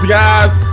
guys